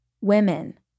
women